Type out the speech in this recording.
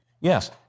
Yes